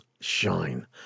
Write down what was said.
Shine